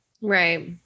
right